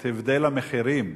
את הבדל המחירים,